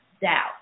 doubt